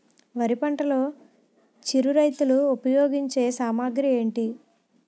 వరి పంటలో చిరు రైతులు ఉపయోగించే సామాగ్రి ఏంటి?